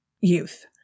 youth